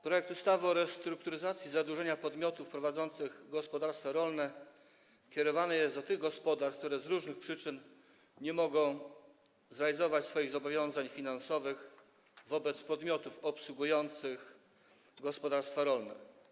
Projekt ustawy o restrukturyzacji zadłużenia podmiotów prowadzących gospodarstwa rolne kierowany jest do tych gospodarstw, które z różnych przyczyn nie mogą zrealizować swoich zobowiązań finansowych wobec podmiotów obsługujących gospodarstwa rolne.